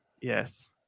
Yes